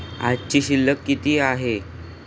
आजची शिल्लक किती आहे?